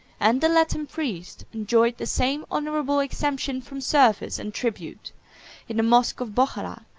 and the latin priest, enjoyed the same honorable exemption from service and tribute in the mosque of bochara,